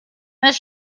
this